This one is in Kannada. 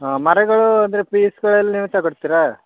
ಹಾಂ ಮರಗಳು ಅಂದರೆ ಪೀಸ್ಗಳೆಲ್ಲ ನೀವು ತಗೊಳ್ತೀರ